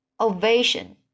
ovation